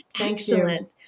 Excellent